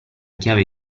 chiave